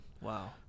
Wow